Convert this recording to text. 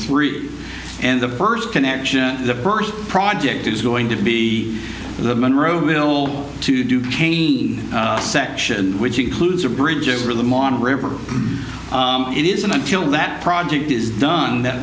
three and the first connection the first project is going to be the monroeville two duquesne section which includes a bridge over the modern river it isn't until that project is done that